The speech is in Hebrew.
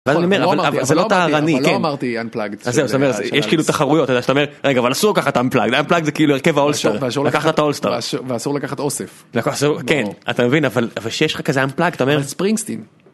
אבל זה לא טהרני, אבל לא אמרתי Unplugged, אבל אסור לקחת Unplugged, Unplugged זה כאילו הרכב האולסטר, ואסור לקחת אוסף, כן אתה מבין אבל שיש לך כזה Unplugged, אבל זה ספרינגסטין.